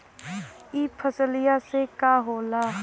ई फसलिया से का होला?